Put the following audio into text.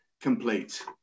complete